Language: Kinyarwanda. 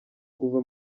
kuva